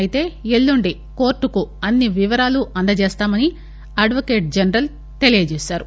అయితే ఎల్లుండి కోర్టుకు అన్ని వివరాలు అందజేస్తామని అడ్వకేట్ జనరల్ తెలిపారు